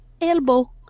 elbow